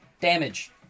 damage